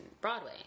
Broadway